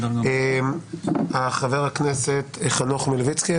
חבר הכנסת חנוך מלביצקי.